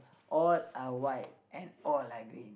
all are white and all are green